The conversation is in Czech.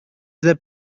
zde